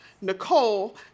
Nicole